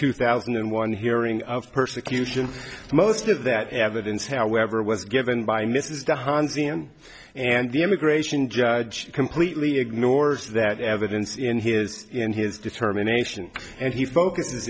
two thousand and one hearing of persecution most of that evidence however was given by mr han seen and the immigration judge completely ignores that evidence in his in his determination and he focuses